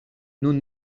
nun